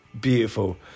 beautiful